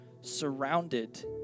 surrounded